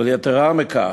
יתרה מכך,